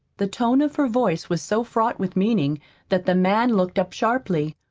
the tone of her voice was so fraught with meaning that the man looked up sharply.